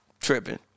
Tripping